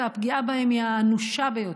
והפגיעה בהם היא האנושה ביותר.